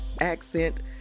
accent